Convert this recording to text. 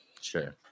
sure